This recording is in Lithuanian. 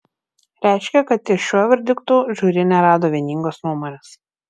reiškia kad ties šiuo verdiktu žiuri nerado vieningos nuomonės